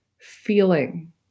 feeling